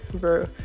bro